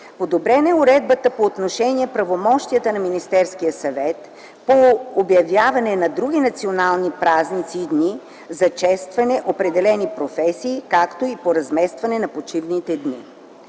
Подобрена е уредбата по отношение правомощията на Министерския съвет по обявяване на други национални празници и дни за честване определени професии, както и по разместването на почивните дни.